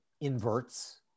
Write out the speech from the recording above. inverts